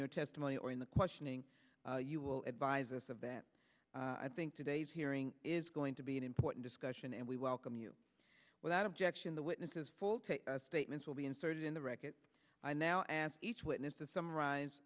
your testimony or in the questioning you will advise us of that i think today's hearing is going to be an important discussion and we welcome you without objection the witness statements will be inserted in the record i now ask each witness to summarize